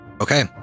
Okay